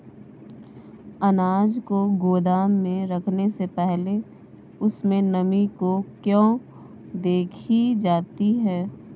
अनाज को गोदाम में रखने से पहले उसमें नमी को क्यो देखी जाती है?